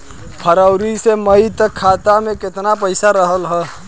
फरवरी से मई तक खाता में केतना पईसा रहल ह?